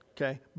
okay